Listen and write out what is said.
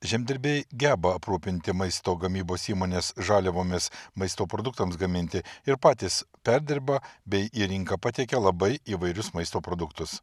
žemdirbiai geba aprūpinti maisto gamybos įmones žaliavomis maisto produktams gaminti ir patys perdirba bei į rinką pateikia labai įvairius maisto produktus